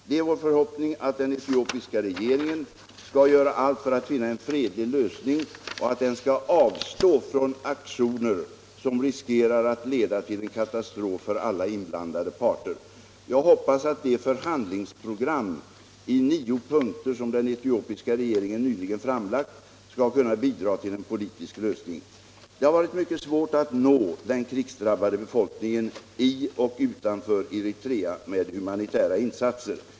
Det är vår förhoppning att den etiopiska regeringen skall göra allt för att finna en fredlig lösning och att den skall avstå från aktioner som riskerar att leda till en katastrof för alla inblandade parter. Jag hoppas att det förhandlingsprogram i nio punkter som den etiopiska regeringen nyligen framlagt skall kunna bidra till en politisk lösning. Det har varit mycket svårt att nå den krigsdrabbade befolkningen i och utanför Eritrea med humanitära insatser.